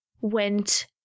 went